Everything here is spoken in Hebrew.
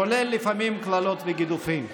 כולל קללות וגידופים לפעמים.